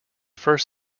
first